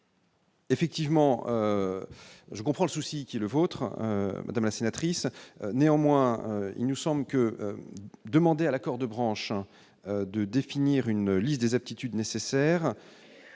Effectivement, je comprends le souci qui est le vôtre, madame la sénatrice, néanmoins, il nous semble que demander à l'accord de branche, hein, de définir une liste des aptitudes nécessaires